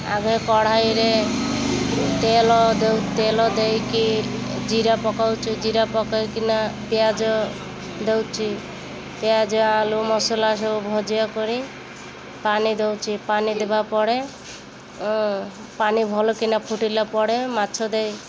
ଆଗେ କଡ଼ାଇରେ ତେଲ ଦଉ ତେଲ ଦେଇକି ଜିରା ପକାଉଛୁ ଜିରା ପକେଇକିନା ପିଆଜ ଦଉଛି ପିଆଜ ଆଳୁ ମସଲା ସବୁ ଭଜା କରି ପାଣି ଦଉଛି ପାଣି ଦେବା ପରେ ପାଣି ଭଲକିନା ଫୁଟିଲା ପରେ ମାଛ ଦେଇ